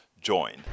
join